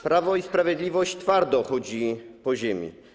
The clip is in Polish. Prawo i Sprawiedliwość twardo chodzi po ziemi.